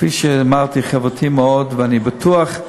כפי שאמרתי, חברתית מאוד, ואני בטוח,